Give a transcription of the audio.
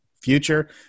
future